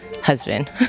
Husband